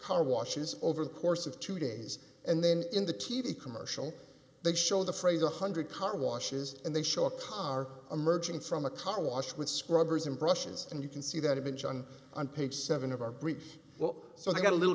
car washes over the course of two days and then in the t v commercial they show the phrase one hundred car washes and they show a car emerging from a car wash with scrubbers and brushes and you can see that image on on page seven of our brief well so i got a little